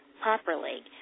properly